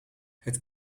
het